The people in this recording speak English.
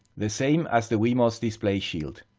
the same as the wemos display shield.